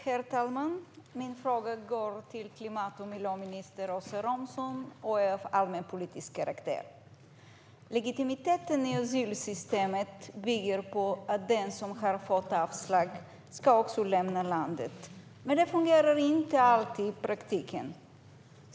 Herr talman! Min fråga går till klimat och miljöminister Åsa Romson och är av allmänpolitisk karaktär. Legitimiteten i asylsystemet bygger på att den som har fått avslag också ska lämna landet. Men det fungerar inte alltid i praktiken.